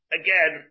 again